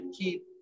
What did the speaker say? keep